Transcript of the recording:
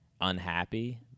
unhappy